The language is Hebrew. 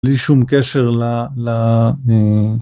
בלי שום קשר ל... ל... אמ...